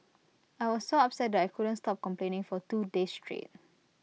I was so upset that I couldn't stop complaining for two days straight